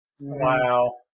Wow